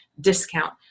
discount